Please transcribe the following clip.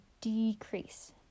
decrease